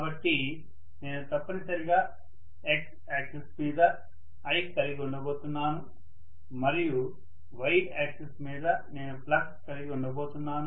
కాబట్టి నేను తప్పనిసరిగా x యాక్సిస్ మీద I కలిగి ఉండబోతున్నాను మరియు y యాక్సిస్ మీద నేను ఫ్లక్స్ కలిగి ఉండబోతున్నాను